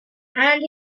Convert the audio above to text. and